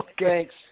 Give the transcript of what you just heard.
thanks